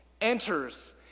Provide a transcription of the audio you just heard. enters